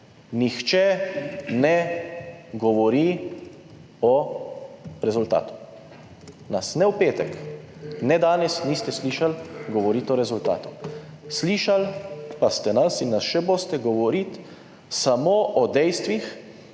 nihče ne govori o rezultatu. Nas ne v petek ne danes niste slišali govoriti o rezultatu, slišali pa ste nas - in nas še boste - govoriti samo o dejstvih